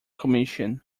commission